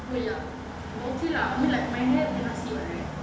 oh ya but okay lah I mean like my hair cannot see what right